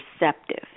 receptive